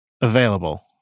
available